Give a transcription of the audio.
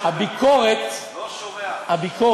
אני לא שומע.